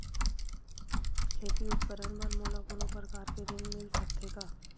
खेती उपकरण बर मोला कोनो प्रकार के ऋण मिल सकथे का?